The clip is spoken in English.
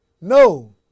No